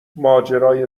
ماجرای